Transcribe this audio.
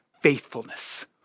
Faithfulness